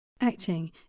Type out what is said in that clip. Acting